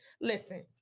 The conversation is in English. listen